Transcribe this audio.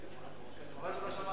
היית רוצה חצי